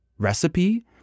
recipe